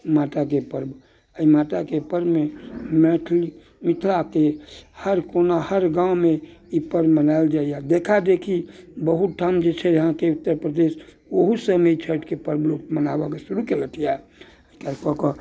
माताके पर्व एहि माताके पर्वमे मैथिली मिथिलाके हर कोना हर गाँवमे ई पर्व मनायल जाइया देखा देखी बहुत ठाम जे छै अहाँकेँ उत्तर प्रदेश ओहू सभमे ई छठिके पर्व लोक मनाबऽ के शुरू कयलक यऽ इएह कऽ कऽ